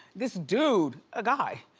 this dude, a guy,